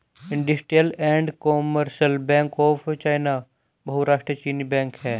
industrial and commercial bank of China बहुराष्ट्रीय चीनी बैंक है